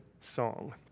song